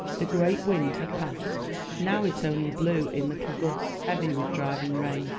the great wind had passed now it only blew in little gusts heavy with driving rain.